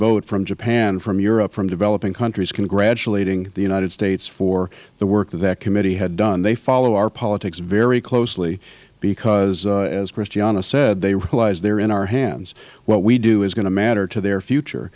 vote from japan from europe from developing countries congratulating the united states for the work that committee had done they follow our politics very closely because as christiana said they realize they are in our hands what we do is going to matter to their future